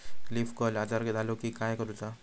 Leaf curl आजार झालो की काय करूच?